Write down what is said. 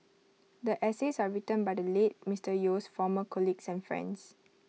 the essays are written by the late Mister Yeo's former colleagues and friends